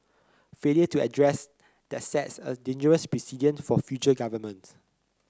failure to address that sets a dangerous precedent for future governments